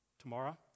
Tomorrow